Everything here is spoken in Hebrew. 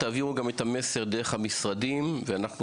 תעבירו גם את המסר דרך המשרדים ואנחנו